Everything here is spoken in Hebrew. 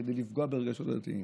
כדי לפגוע ברגשות הדתיים.